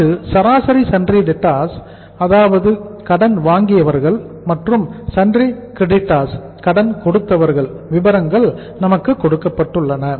நமக்கு சராசரி sundry debtors அதாவது கடன் கொடுத்தவர்கள் விபரங்கள் நமக்கு கொடுக்கப்பட்டுள்ளன